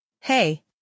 Hey